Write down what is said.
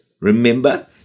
remember